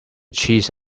cheese